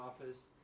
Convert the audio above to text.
office